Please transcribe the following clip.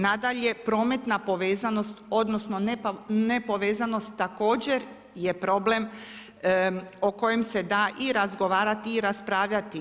Nadalje, prometna povezanost, odnosno nepovezanost također je problem o kojem se da i razgovarati i raspravljati.